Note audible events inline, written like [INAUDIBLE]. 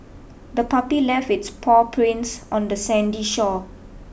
the [NOISE] puppy left its paw prints on the sandy shore